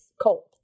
Cold